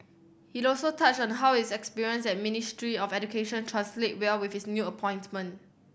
he also touched on how his experience at Ministry of Education translate well with his new appointment